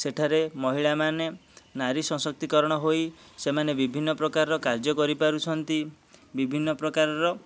ସେଠାରେ ମହିଳାମାନେ ନାରୀ ସଶକ୍ତିକରଣ ହୋଇ ସେମାନେ ବିଭିନ୍ନ ପ୍ରକାରର କାର୍ଯ୍ୟ କରିପାରୁଛନ୍ତି ବିଭିନ୍ନ ପ୍ରକାରର